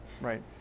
right